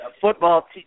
football